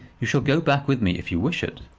you shall go back with me if you wish it.